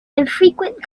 infrequent